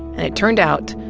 and it turned out,